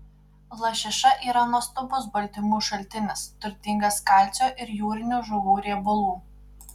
lašiša yra nuostabus baltymų šaltinis turtingas kalcio ir jūrinių žuvų riebalų